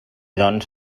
doncs